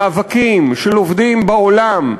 מאבקים של עובדים בעולם.